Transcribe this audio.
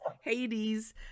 Hades